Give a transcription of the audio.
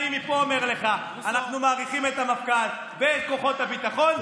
אני מפה אומר לך: אנחנו מעריכים את המפכ"ל ואת כוחות הביטחון.